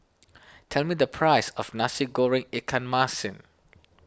tell me the price of Nasi Goreng Ikan Masin